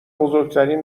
بزرگترین